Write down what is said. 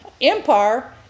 empire